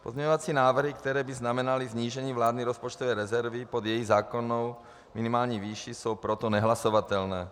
Pozměňovací návrhy, které by znamenaly snížení vládní rozpočtové rezervy pod její zákonnou minimální výši, jsou proto nehlasovatelné.